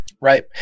Right